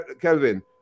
Kelvin